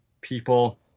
People